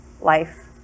life